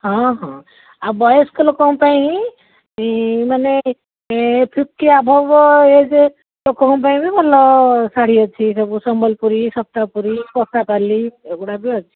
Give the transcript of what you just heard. ହଁ ହଁ ଆଉ ବୟସ୍କ ଲୋକଙ୍କ ପାଇଁ ମାନେ ଫିଫ୍ଟି ଏବଭ୍ ଏଜ୍ ଲୋକଙ୍କ ପାଇଁ ବି ଭଲ ଶାଢ଼ୀ ଅଛି ସବୁ ସମ୍ବଲପୁରୀ ସପ୍ତପୁରୀ ପଶାପାଲି ଏଗୁଡ଼ା ବି ଅଛି